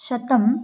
शतं